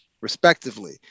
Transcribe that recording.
respectively